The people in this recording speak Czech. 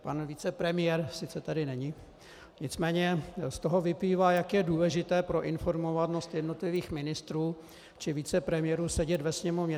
Pan vicepremiér, sice tu není, nicméně z toho vyplývá, jak je důležité pro informovanost jednotlivých ministrů či vicepremiérů sedět ve Sněmovně.